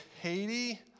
Haiti